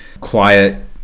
quiet